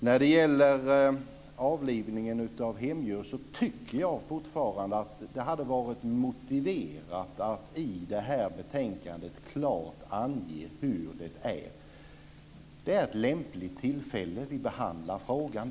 När det gäller avlivning av hemdjur tycker jag fortfarande att det hade varit motiverat att i det här betänkandet klart ange hur det är. Det är ett lämpligt tillfälle. Vi behandlar frågan.